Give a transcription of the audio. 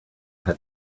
had